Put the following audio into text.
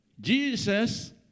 Jesus